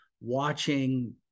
watching